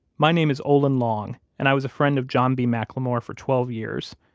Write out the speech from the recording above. my name is olin long and i was a friend of john b mclemore for twelve years.